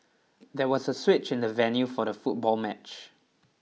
there was a switch in the venue for the football match